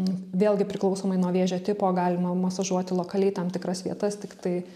vėlgi priklausomai nuo vėžio tipo galima masažuoti lokaliai tam tikras vietas tiktai